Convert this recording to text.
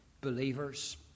believers